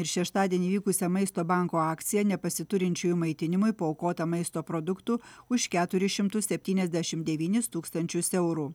ir šeštadienį įvykusią maisto banko akciją nepasiturinčiųjų maitinimui paaukota maisto produktų už keturis šimtus septyniasdešimt devynis tūkstančius eurų